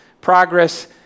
progress